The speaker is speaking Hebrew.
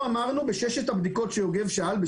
בשש הבדיקות או בשבע הבדיקות שיוגב שאל,